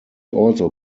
also